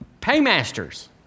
Paymasters